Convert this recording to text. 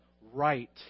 right